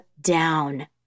down